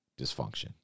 dysfunction